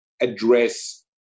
address